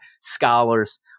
scholars